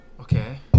Okay